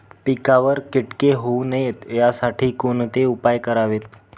पिकावर किटके होऊ नयेत यासाठी कोणते उपाय करावेत?